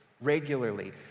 regularly